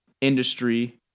industry